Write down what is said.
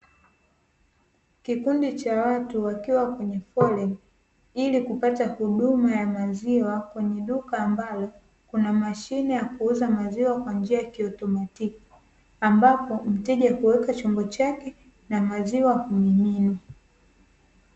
Kikundi cha watu wakiwa kwenye foleni, ili kupata huduma ya maziwa kwenye duka ambalo kuna mashine ya kuuza maziwa kwa njia ya kiautomatiki; ambapo mteja huweka chombo chake na maziwa humiminwa.